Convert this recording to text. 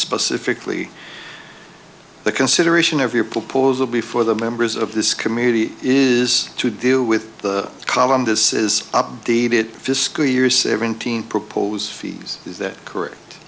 specifically the consideration of your proposal before the members of this committee is to do with the column this is updated fiscal year seventeen propose fees is that correct